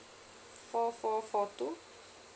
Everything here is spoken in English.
four four four two